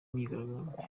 myigaragambyo